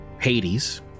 Hades